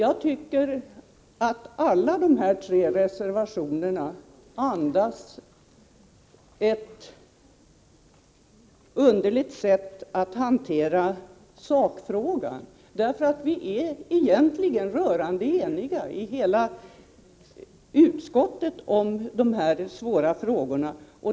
Alla de tre reservationerna hanterar sakfrågan på ett underligt sätt. Vi är ju egentligen rörande eniga i utskottet om dessa svåra frågor.